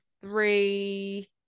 three